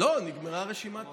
לא, נגמרה רשימת הדוברים.